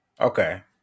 Okay